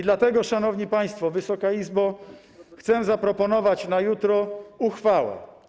Dlatego, szanowni państwo, Wysoka Izbo, chcę zaproponować na jutro uchwałę.